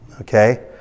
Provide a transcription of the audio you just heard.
Okay